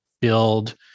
build